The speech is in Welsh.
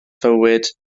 fywyd